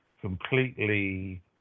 completely